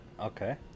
Okay